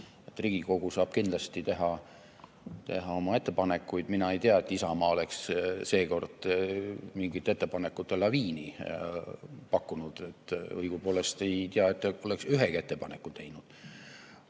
Riigikogu saab kindlasti teha oma ettepanekuid. Mina ei tea, et Isamaa oleks seekord mingit ettepanekute laviini pakkunud – õigupoolest ei tea, et ta oleks ühegi ettepaneku teinud.